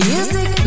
Music